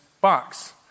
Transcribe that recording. box